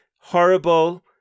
horrible